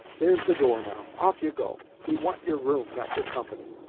there's the door, now. off you go! we want your room, not your company.